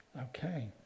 okay